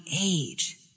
age